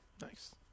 nice